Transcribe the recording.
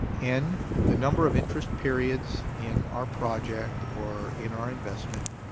n, the number of interest periods in our project or in our investment.